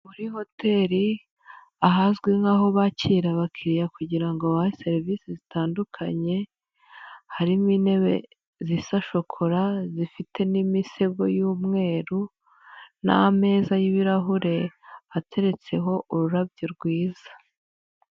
Muri hoteri, ahazwi nk'aho bakira abakiriya kugira ngo babahe serivisi zitandukanye, harimo intebe zisa shokora, zifite n'imisego y'umweru n'ameza y'ibirahure, ateretseho ururabyo rwiza.